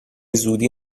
زودی